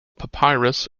papyrus